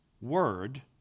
word